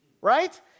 Right